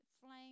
flame